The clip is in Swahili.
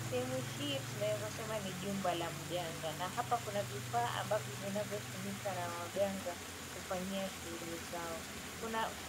Sehemu hii tunaweza sema ni jumba la mganga na hapa kuna vifaa ambavyo vinavyotumika na waganga kufanyia shughuli zao.